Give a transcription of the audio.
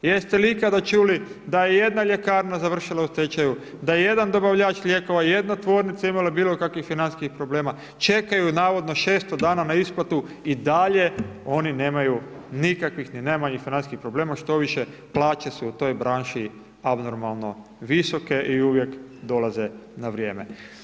Jeste li ikada čuli da je jedna ljekarna završila u stečaju, da je jedan dobavljač lijekova, jedna tvornica imal bilokakvih financijskih problema, čekaju navodno 600 dana na isplatu, i dalje oni nemaju nikakvih ni najmanjih financijskih problema, štoviše, plaće su u toj branši abnormalno visoke i uvijek dolaze na vrijeme.